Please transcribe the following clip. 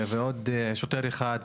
ועוד שוטר אחד.